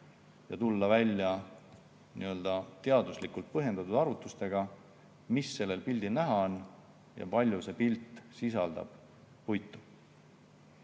ja tulla välja teaduslikult põhjendatud arvutustega, mis sellel pildil näha on ja kui palju see pilt [kajastab